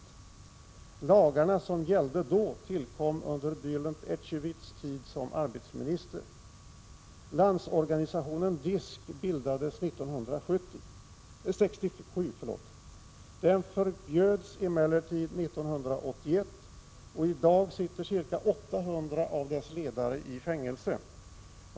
De lagar som gällde då tillkom under Bälent Ecevits tid som arbetsminister. Landsorganisationen DISK bildades år 1967. Den förbjöds emellertid 1981, och i dag sitter ca 800 av dess ledare i fängelse.